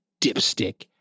dipstick